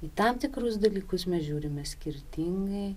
į tam tikrus dalykus mes žiūrime skirtingai